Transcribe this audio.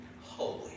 holy